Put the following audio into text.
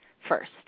first